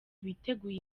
biteguye